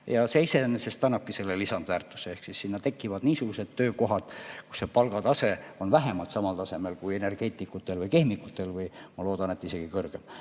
Ja see iseenesest annabki selle lisandväärtuse. Sinna tekivad niisugused töökohad, kust see palgatase on vähemalt samal tasemel kui energeetikutel või keemikutel, ma loodan, et isegi kõrgem.